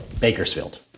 Bakersfield